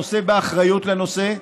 הנושא באחריות לנושא,